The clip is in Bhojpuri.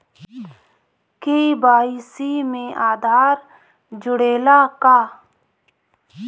के.वाइ.सी में आधार जुड़े ला का?